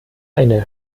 eine